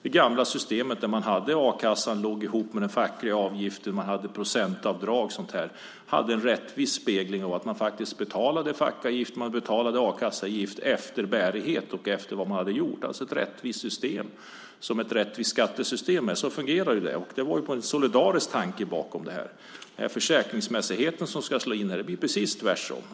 Det gamla systemet, där a-kasseavgiften låg ihop med den fackliga avgiften och hade procentavdrag, hade en rättvis spegling av att man faktiskt betalade fackavgift och a-kasseavgift efter bärighet och efter vad man hade gjort. Det var alltså ett rättvist system som fungerade som ett rättvist skattesystem. Det var en solidarisk tanke bakom detta. Med försäkringsmässigheten blir det precis tvärtom.